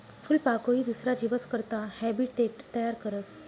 फूलपाकोई दुसरा जीवस करता हैबीटेट तयार करस